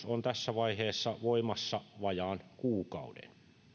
on tässä vaiheessa voimassa vajaan kuukauden